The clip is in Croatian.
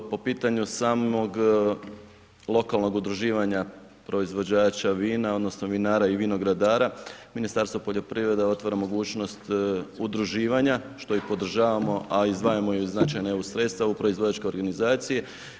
Po pitanju samog lokalnog udruživanja proizvođača vina, odnosno vinara i vinogradara, Ministarstvo poljoprivrede otvara mogućnost udruživanja, što i podržavamo, a izdvajamo i značajna EU sredstva u proizvođačkoj organizaciji.